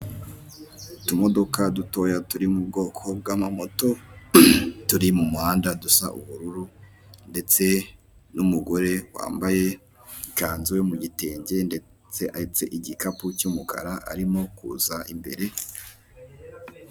Utumodoka dutoya turi mu bwoko bw'amamoto, turi mu muhanda, dusa ubururu, ndetse n'umugore wambaye ikanzu mu gitenge, ndetse aheste igikapu cy'umukara, arimo kuza imbere.